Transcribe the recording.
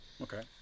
Okay